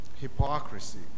hypocrisy